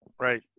Right